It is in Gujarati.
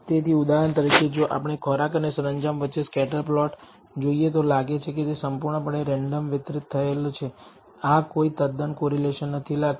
તેથી ઉદાહરણ તરીકે જો આપણે ખોરાક અને સરંજામ વચ્ચે સ્કેટર પ્લોટ જોઈએ તો લાગે છે કે તે સંપૂર્ણપણે રેન્ડમ વિતરણ થયેલ છે આ કોઈ તદ્દન કોરિલેશન નથી લાગતું